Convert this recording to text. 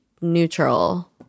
neutral